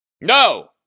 No